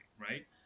right